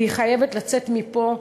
והקריאה חייבת לצאת מפה.